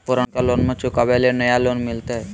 पुर्नका लोनमा चुकाबे ले नया लोन मिलते?